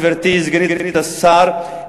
גברתי סגנית השר,